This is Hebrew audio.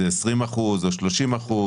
אם זה 20% או 30%?